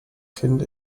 kind